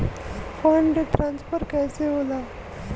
Fund transfer कैसे होला?